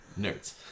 Nerds